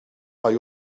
mai